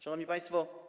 Szanowni Państwo!